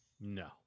No